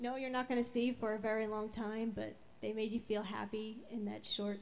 know you're not going to see for a very long time but they made you feel happy in that s